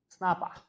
Snapa